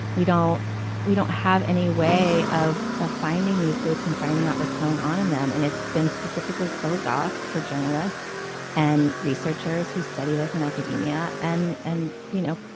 we don't we don't have any way of ah finding these groups and finding out what's going on in them and it's been specifically closed off for journalists and researchers who study this in academia. and and, you know,